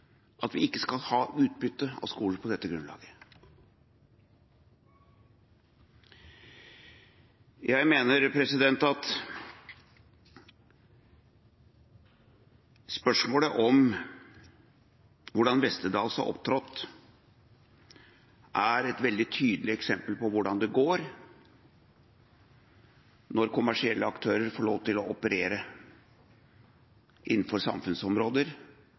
at man ikke skal ha utbytte fra skolen på dette grunnlaget. Jeg mener at spørsmålet om hvordan Westerdals har opptrådt, er et veldig tydelig eksempel på hvordan det går når kommersielle aktører får lov til å operere innenfor samfunnsområder